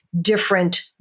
different